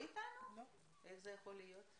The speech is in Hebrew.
איך זה יכול להיות?